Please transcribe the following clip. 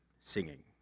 singing